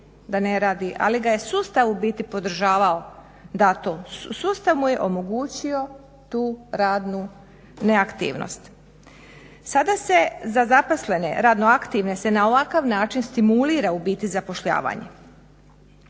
ali ga je sustav u biti podržavao, da to, sustav mu je omogućio tu radnu neaktivnost. Sada se za zaposlene, radno aktivne se na ovakav način stimulira u biti zapošljavanje.